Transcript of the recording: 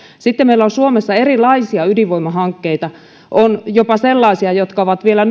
sitten meillä on suomessa erilaisia ydinvoimahankkeita on jopa sellaisia jotka ovat vielä